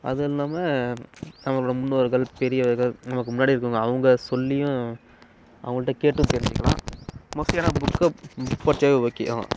அதும் இல்லாமல் நம்பளோடய முன்னோர்கள் பெரியவர்கள் நமக்கு முன்னாடி இருக்கறவங்க அவங்க சொல்லியும் அவங்கள்ட்ட கேட்டும் தெரிஞ்சுக்கிலாம் மோஸ்ட்லீ ஆனால் புக்கை படித்தாவே ஓகே தான்